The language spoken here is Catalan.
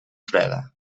freda